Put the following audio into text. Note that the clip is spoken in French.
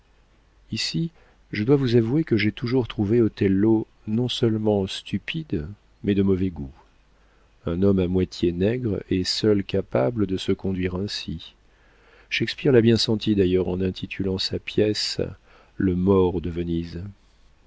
je dois vous avouer que j'ai toujours trouvé othello non-seulement stupide mais de mauvais goût un homme à moitié nègre est seul capable de se conduire ainsi shakspeare l'a bien senti d'ailleurs en intitulant sa pièce le more de venise